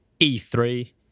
E3